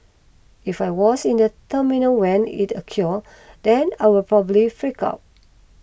if I was in the terminal when it occurred then I'll probably freak out